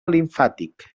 limfàtic